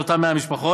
לאותן 100 משפחות,